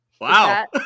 Wow